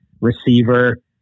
receiver